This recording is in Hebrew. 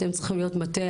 אתם צריכים להיות מטה.